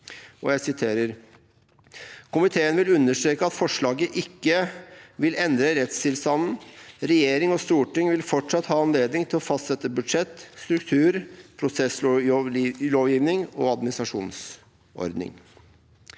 «Komiteen vil derfor understreke at forslaget ikke vil endre rettstilstanden. Regjering og storting vil fortsatt ha anledning til å fastsette budsjett, struktur, prosesslovgivning og administrasjonsordning.»